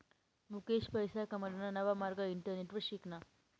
मुकेश पैसा कमाडाना नवा मार्ग इंटरनेटवर शिकना